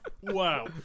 Wow